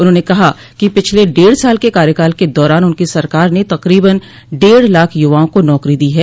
उन्होंने कहा कि पिछले डेढ़ साल के कार्यकाल के दौरान उनकी सरकार ने तकरीबन डेढ़ लाख युवाआ के नौकरी दी है